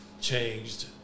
changed